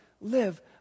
live